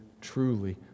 truly